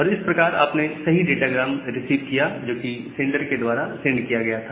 और इस प्रकार आपने सही डाटा ग्राम रिसीव किया जोकि सेंटर के द्वारा सेंड किया गया था